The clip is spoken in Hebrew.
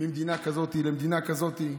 ממדינה כזאת למדינה כזאת.